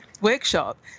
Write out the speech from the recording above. workshop